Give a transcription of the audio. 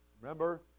Remember